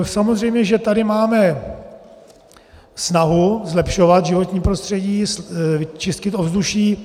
Samozřejmě že tady máme snahu zlepšovat životní prostředí, čistit ovzduší.